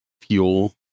fuel